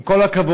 עם כל הכבוד,